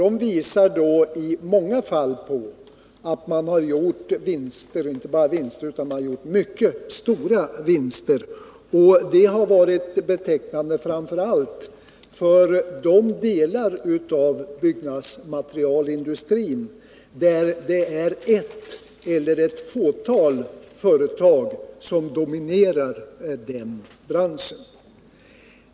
Det visar sig att många företag har gjort mycket stora vinster. Detta har varit betecknande framför allt för de delar av byggnadsmaterialindustrin där ett eller ett fåtal företag dominerar branschen.